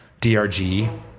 DRG